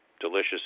delicious